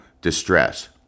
distress